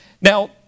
now